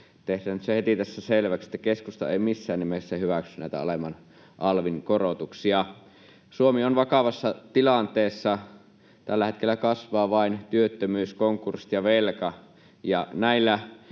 Tehdään nyt se heti tässä selväksi, että keskusta ei missään nimessä hyväksy näitä alemman alvin korotuksia. Suomi on vakavassa tilanteessa. Tällä hetkellä kasvavat vain työttömyys, konkurssit ja velka,